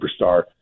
superstar